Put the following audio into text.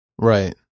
Right